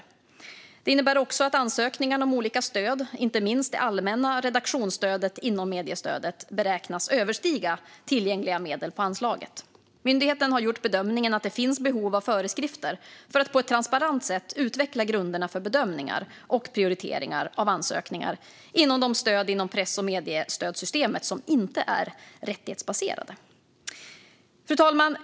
Detta innebär också att ansökningarna om olika stöd, inte minst det allmänna redaktionsstödet inom mediestödet, beräknas överstiga tillgängliga medel på anslaget. Myndigheten har gjort bedömningen att det finns behov av föreskrifter för att på ett transparent sätt utveckla grunderna för bedömningar och prioriteringar av ansökningar om de stöd inom press och mediestödssystemet som inte är rättighetsbaserade. Fru talman!